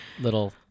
little